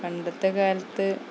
പണ്ടത്തെ കാലത്ത്